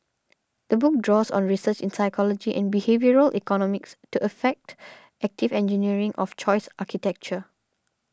the book draws on research in psychology and behavioural economics to effect active engineering of choice architecture